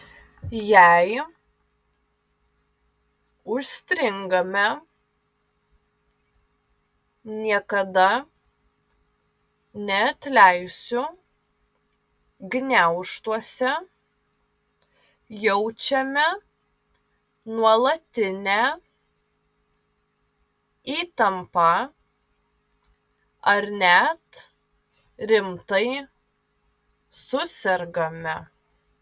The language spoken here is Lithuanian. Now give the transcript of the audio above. jei užstringame niekada neatleisiu gniaužtuose jaučiame nuolatinę įtampą ar net rimtai susergame